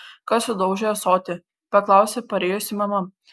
kas sudaužė ąsotį paklausė parėjusi mama